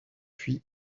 puis